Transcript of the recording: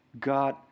God